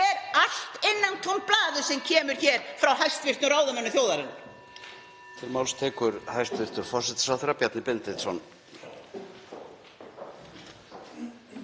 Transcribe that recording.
Er allt innantómt blaður sem kemur hér frá hæstv. ráðamönnum þjóðarinnar?